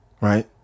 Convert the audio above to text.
right